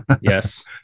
Yes